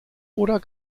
oder